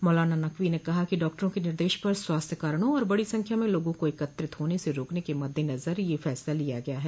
मौलाना नकवी ने कहा कि डॉक्टरों के निर्देश पर स्वास्थ्य कारणों और बड़ो संख्या में लोगों को एकत्रित होने से रोकने के मद्देनजर यह फैसला किया गया है